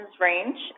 range